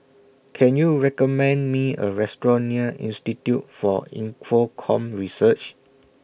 Can YOU recommend Me A Restaurant near Institute For Infocomm Research